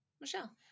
Michelle